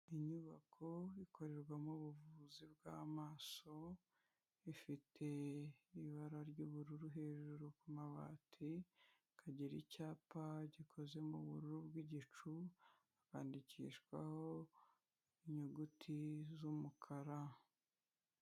Inyubako ikorerwamo ubuvuzi bw'amaso, ifite ibara ry'ubururu hejuru ku mabati, ikagira icyapa gikoze m'ubururu bw'igicu, handikishwaho inyuguti z'umukara.